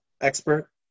expert